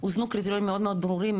הוזנו בו נתונים מאוד מאוד ברורים,